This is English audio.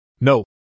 No